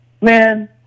Man